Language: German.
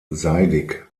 seidig